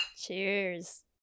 Cheers